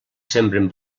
sembren